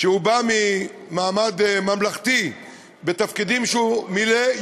שהוא בא ממעמד ממלכתי בתפקידים שהוא מילא,